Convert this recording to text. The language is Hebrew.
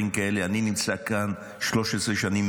אני נמצא כאן 13 שנים,